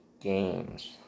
games